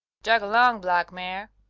jog along, black mare.